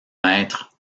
maître